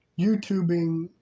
YouTubing